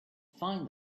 find